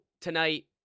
tonight